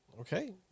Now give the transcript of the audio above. Okay